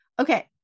Okay